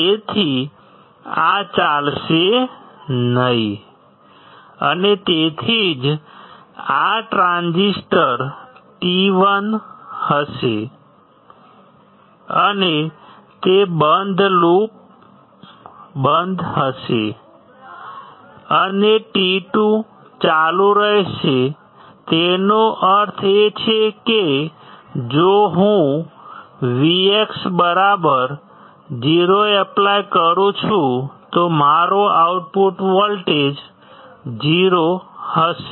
તેથી આ ચાલશે નહીં અને તેથી જ આ ટ્રાન્ઝિસ્ટર T1 હશે અને તે બંધ હશે અને T2 ચાલુ રહેશે તેનો અર્થ એ છે કે જો હું Vx 0 એપ્લાય કરું છું તો મારો આઉટપુટ વોલ્ટેજ 0 હશે